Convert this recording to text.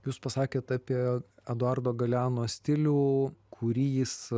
jūs pasakėt apie eduardo galeano stilių kurį jis